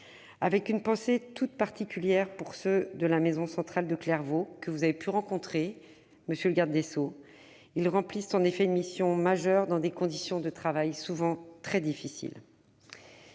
une pensée toute particulière pour ceux de la maison centrale de Clairvaux, que vous avez rencontrés, monsieur le garde des sceaux. Ils remplissent une mission majeure, dans des conditions de travail souvent très difficiles.